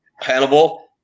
Hannibal